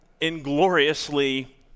ingloriously